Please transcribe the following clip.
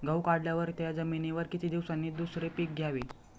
गहू काढल्यावर त्या जमिनीवर किती दिवसांनी दुसरे पीक घ्यावे?